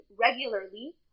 regularly